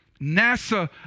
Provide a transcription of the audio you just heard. nasa